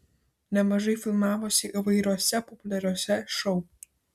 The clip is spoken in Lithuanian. nemažai filmavosi įvairiuose populiariuose šou